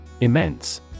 Immense